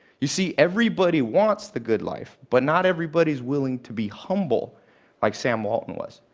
you see, everybody wants the good life, but not everybody's willing to be humble like sam walton was.